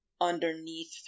underneath